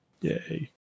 Yay